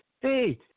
hey